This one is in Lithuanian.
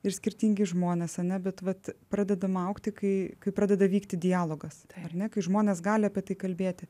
ir skirtingi žmonės ane bet vat pradedama augti kai pradeda vykti dialogas ar ne kai žmonės gali apie tai kalbėti